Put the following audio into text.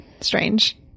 strange